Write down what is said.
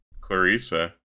Clarissa